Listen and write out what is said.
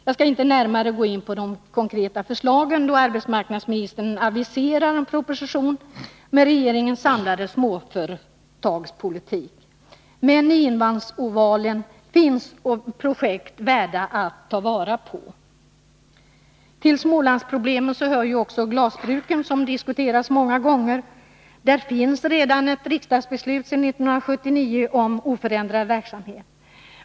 Jag skall inte närmare gå in på dessa konkreta förslag, då arbetsmarknadsministern aviserar en proposition med regeringens samlade småföretagspolitik. Men i Inlandsovalen finns projekt, värda att ta vara på. Till Smålandsproblemen hör också glasbruken, som har diskuterats många gånger. Där finns redan ett riksdagsbeslut från 1979 om oförändrad verksamhet.